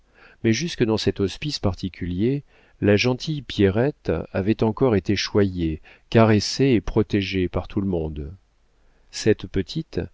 mais jusque dans cet hospice particulier la gentille pierrette avait encore été choyée caressée et protégée par tout le monde cette petite